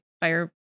fire